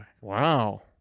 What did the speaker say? Wow